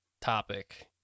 topic